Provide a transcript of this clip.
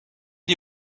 die